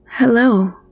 Hello